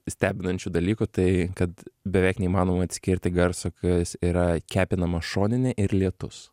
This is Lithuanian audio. stebinančių dalykų tai kad beveik neįmanoma atskirti garso kas yra kepinama šoninė ir lietus